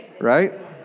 right